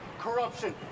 corruption